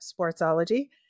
Sportsology